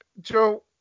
Joe